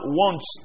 wants